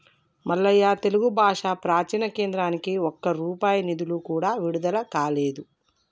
మల్లయ్య తెలుగు భాష ప్రాచీన కేంద్రానికి ఒక్క రూపాయి నిధులు కూడా విడుదల కాలేదు